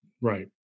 Right